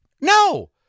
No